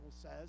says